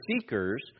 seekers